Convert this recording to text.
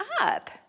up